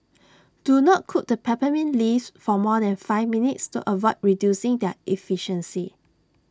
do not cook the peppermint leaves for more than five minutes to avoid reducing their efficacy